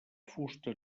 fusta